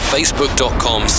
Facebook.com